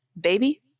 Baby